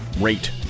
rate